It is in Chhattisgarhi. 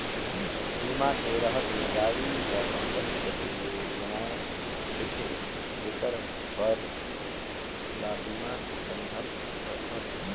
बीमा के रहत ले गाड़ी ल कंपनी कति ले बनाये देथे जेखर भार ल बीमा कंपनी हर सहथे